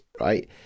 right